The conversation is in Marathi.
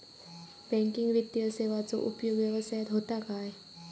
बँकिंग वित्तीय सेवाचो उपयोग व्यवसायात होता काय?